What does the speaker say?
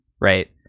Right